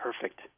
perfect